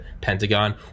Pentagon